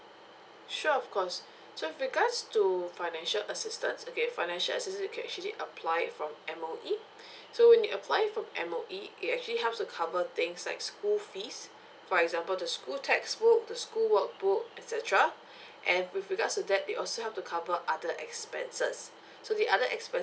sure of course so with regards to financial assistance okay financial assistance you can actually apply it from M_O_E so when you apply it from M_O_E it actually helps to cover things like school fees for example the school textbook the school workbook et cetera and with regards to that they also help to cover other expenses so the other expen~